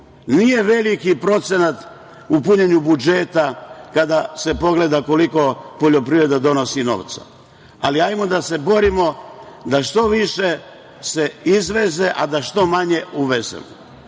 veliki procenat u punjenju budžeta kada se pogleda koliko poljoprivreda donosi novca, ali ajmo da se borimo da se što više izveze, a da se što manje uveze.